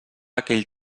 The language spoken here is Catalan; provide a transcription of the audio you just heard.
aquell